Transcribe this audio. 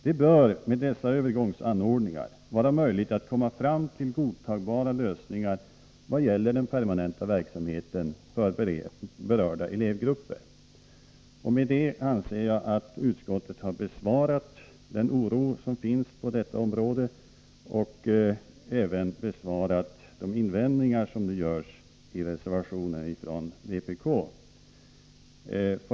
Det bör med dessa övergångsanordningar vara möjligt att komma fram till godtagbara lösningar vad gäller den permanenta verksamheten för berörda elevgrupper. Med detta anser jag att utskottet har bemött den oro som finns på detta område och bemött även de invändningar som görs i reservationen från vpk.